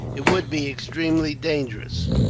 it would be extremely dangerous.